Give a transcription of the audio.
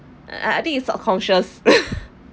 uh I think it's subconscious